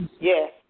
Yes